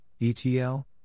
ETL